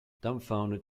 dumbfounded